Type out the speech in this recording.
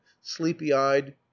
sleepy-eyed